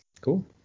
cool